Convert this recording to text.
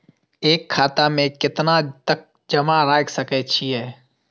एक खाता में केतना तक जमा राईख सके छिए?